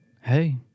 ...hey